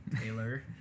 Taylor